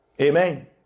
Amen